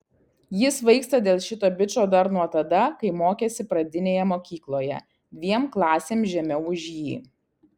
ji svaigsta dėl šito bičo dar nuo tada kai mokėsi pradinėje mokykloje dviem klasėm žemiau už jį